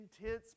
intense